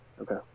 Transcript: Okay